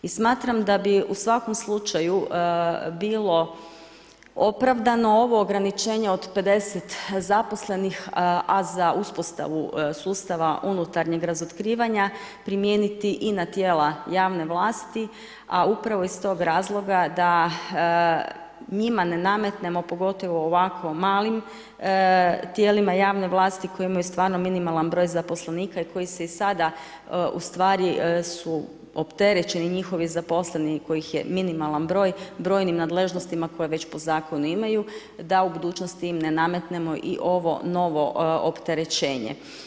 I smatram da bi u svakom slučaju bilo opravdano ovo ograničenje od 50 zaposlenih a za uspostavu sustav unutarnjeg razotkrivanja primijeniti i na tijela javne vlasti a upravo iz tog razloga da njima ne nametnemo, pogotovo ovako malim tijelima javne vlasti koji imaju stvarno minimalan broj zaposlenika i koji i sada ustvari su opterećeni njihovi zaposleni kojih je minimalan broj, brojnim nadležnostima koje već po zakonu imaju, da u budućnosti im ne nametnemo i ovo novo opterećenje.